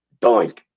Doink